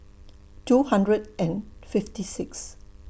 two hundred and fifty six